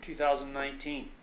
2019